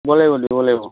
যাব লাগিব দিব লাগিব